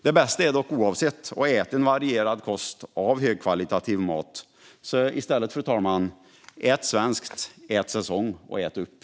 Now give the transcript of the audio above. Det bästa är dock att äta en varierad kost av högkvalitativ mat; så ät svenskt, ät säsong och ät upp!